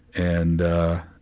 and ah,